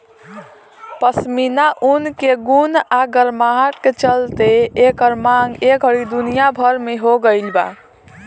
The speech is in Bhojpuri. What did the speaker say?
पश्मीना ऊन के गुण आ गरमाहट के चलते एकर मांग ए घड़ी दुनिया भर में हो गइल बा